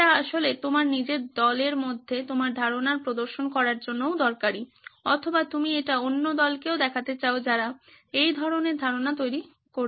এটি আসলে তোমার নিজের দলের মধ্যে তোমার ধারণার প্রদর্শন করার জন্যও দরকারী অথবা তুমি এটি অন্য দলকেও দেখাতে চাও যারা একই ধরনের ধারণা তৈরি করছে